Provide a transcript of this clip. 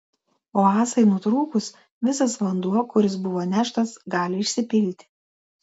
o ąsai nutrūkus visas vanduo kuris buvo neštas gali išsipilti